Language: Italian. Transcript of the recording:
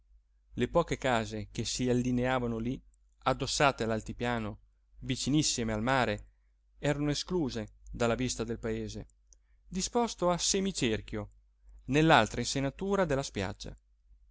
le poche case che si allineavano lí addossate all'altipiano vicinissime al mare erano escluse dalla vista del paese disposto a semicerchio nell'altra insenatura della spiaggia